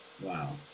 Wow